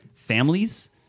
families